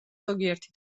ზოგიერთი